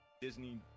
Disney